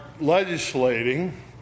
legislating